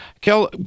Kel